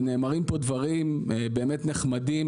באמת נחמדים,